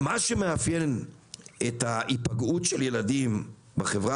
מה שמאפיין את ההיפגעות של ילדים בחברה